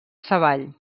savall